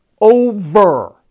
over